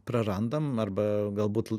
prarandam arba galbūt